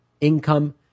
income